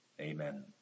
Amen